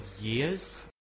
years